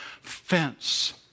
fence